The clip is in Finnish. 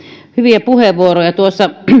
hyviä puheenvuoroja